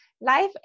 Life